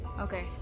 Okay